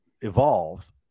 evolve